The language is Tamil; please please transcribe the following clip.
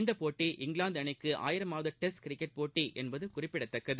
இப்போட்டி இங்கிலாந்து அணிக்கு அழயிரமாவது டெஸ்ட் கிரிக்கெட் போட்டி என்பது குறிப்பிடத்தக்கது